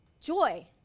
joy